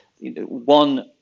one